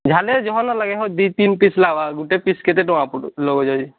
ଝାଲେର୍ ଝଲ୍ରେ ଲାଗିବ ହଉ ଦି ତିନ୍ ପିସ୍ ଲଗ୍ବା ଗୋଟେ ପିସ୍ କେତେ ଟଙ୍କା ପଡ଼ୁ ଲଗଉଛ କି